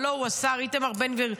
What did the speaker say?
הלוא הוא השר איתמר בן גביר,